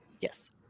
yes